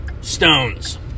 stones